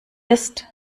ist